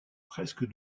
presque